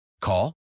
Call